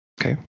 Okay